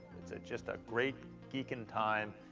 it's just a great geeking time,